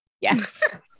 Yes